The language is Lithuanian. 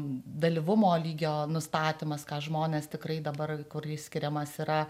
dalyvumo lygio nustatymas ką žmonės tikrai dabar kur jis skiriamas yra